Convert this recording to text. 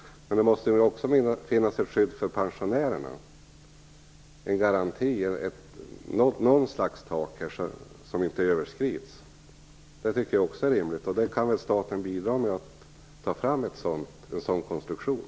Men det måste också finnas ett skydd för pensionärerna, en garanti och något slags tak. Det tycker jag också är rimligt. Staten kan väl bidra med att ta fram en sådan konstruktion.